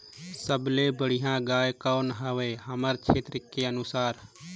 सबले बढ़िया गाय कौन हवे हमर क्षेत्र के अनुसार?